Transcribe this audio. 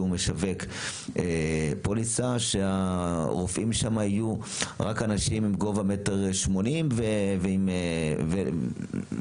משווק פוליסה שהרופאים שם יהיו רק אנשים מגובה 1.80 מטר ולא יודע,